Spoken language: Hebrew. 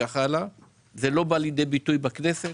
אבל זה לא בא לידי ביטוי בכנסת,